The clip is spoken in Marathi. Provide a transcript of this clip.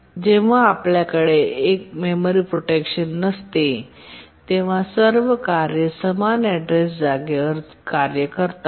जेव्हा आपल्याकडे मेमरी प्रोटेक्शन नसते तेव्हा सर्व कार्ये समान ऍड्रेस जागेवर कार्य करतात